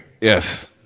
Yes